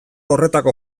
horretako